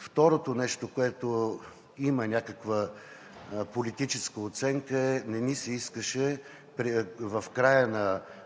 Второто нещо, което има някаква политическа оценка – не ни се искаше в края